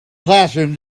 classroom